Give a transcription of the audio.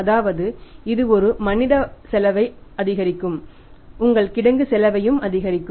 அதாவது இது ஒரு மனிதவள செலவை அதிகரிக்கும் உங்கள் கிடங்கு செலவையும் அதிகரிக்கும்